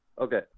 Okay